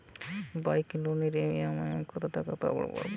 Bike লোনের EMI কত টাকা পড়বে?